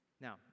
Now